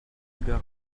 gars